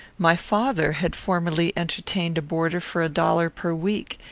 my father had formerly entertained a boarder for a dollar per week,